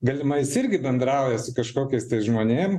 galimai jis irgi bendrauja su kažkokiais tai žmonėm